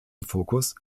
fokus